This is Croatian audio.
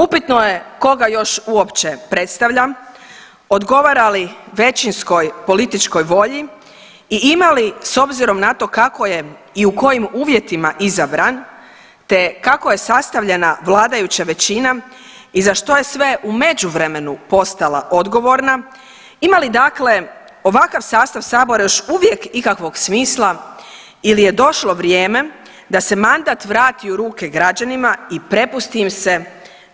Upitno je još koga još uopće predstavlja, odgovara li većinskoj političkoj volji i ima li, s obzirom na to kako je i u kojim uvjetima izabran te kako je sastavljena vladajuća većina i za što je sve u međuvremenu postala odgovorna, ima li dakle, ovakav sastav Sabora još uvijek ikakvog smisla ili je došlo vrijeme da se mandat vrati u ruke građanima i prepusti im se